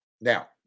Now